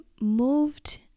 moved